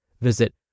Visit